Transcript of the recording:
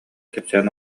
кэпсээн